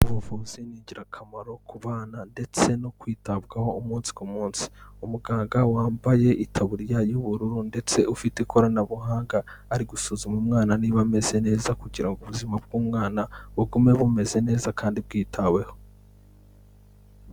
Ubuuvuzi ni ingirakamaro ku bana ndetse no kwitabwaho umunsi ku munsi. Umuganga wambaye itaburiya y'ubururu ndetse ufite ikoranabuhanga ari gusuzuma umwana niba ameze neza kugira ubuzima bw'umwana bugume bumeze neza kandi bwitaweho.